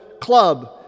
club